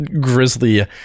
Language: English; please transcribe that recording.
Grizzly